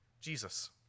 Jesus